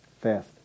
fast